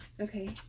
Okay